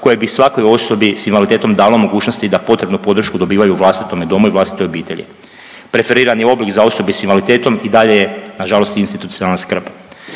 koje bi svakoj osobi s invaliditetom dalo mogućnosti da potrebnu podršku dobivaju u vlastitome domu i vlastitoj obitelji. Preferirani oblik za osobe s invaliditetom i dalje je nažalost institucionalna skrb.